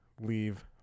leave